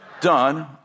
done